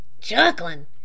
Chuckling